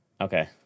Okay